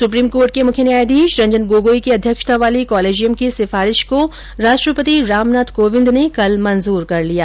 supreme court के मुख्य न्यायाधीश रंजन गोगोई की अध्यक्षता वाली कॉलेजियम की सिफारिश को राष्ट्रपति रामनाथ कोविंद ने कल मंजुर कर लिया